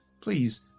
please